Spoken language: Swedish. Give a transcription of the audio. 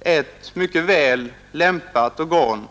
är ett mycket väl lämpat organ.